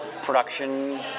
production